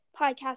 podcast